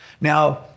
Now